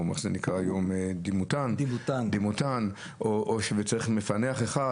או איך שזה נקרא היום דימותן; או שצריך מפענח אחד